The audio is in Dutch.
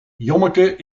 jommeke